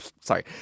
sorry